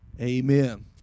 Amen